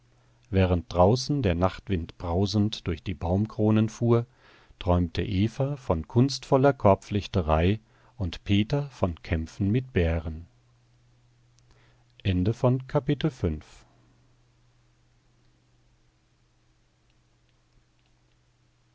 während draußen der nachtwind brausend durch die baumkronen fuhr träumte eva von kunstvoller korbflechterei und peter von kämpfen mit bären